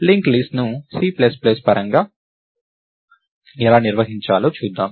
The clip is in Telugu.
లింక్ లిస్ట్ ను C ప్లస్ ప్లస్ పరంగా ఎలా నిర్వచించాలో చూద్దాం